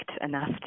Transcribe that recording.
enough